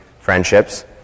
friendships